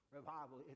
Revival